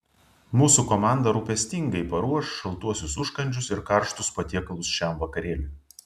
mūsų komanda rūpestingai paruoš šaltuosius užkandžius ir karštus patiekalus šiam vakarėliui